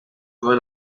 toda